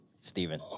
Stephen